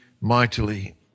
mightily